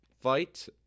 fight